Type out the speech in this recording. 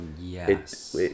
Yes